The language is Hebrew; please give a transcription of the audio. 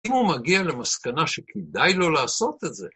‫אם הוא מגיע למסקנה ‫שכדאי לו לעשות את זה.